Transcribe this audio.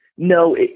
No